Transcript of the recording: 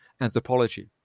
anthropology